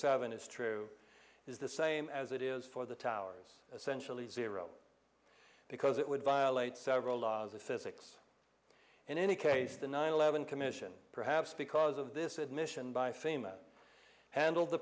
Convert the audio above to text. seven is true is the same as it is for the towers essentially zero because it would violate several laws of physics in any case the nine eleven commission perhaps because of this admission by famous handled the